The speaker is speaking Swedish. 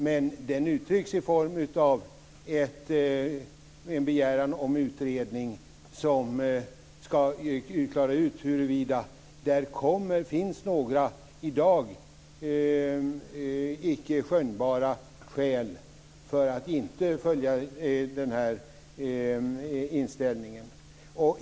Men den uttrycks i form i en begäran om en utredning som ska klara ut huruvida där finns några i dag icke skönjbara skäl för att inte följa den inställningen.